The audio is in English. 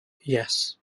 yes